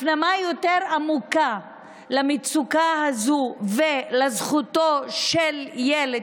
הפנמה יותר עמוקה למצוקה הזו ולזכותו של ילד,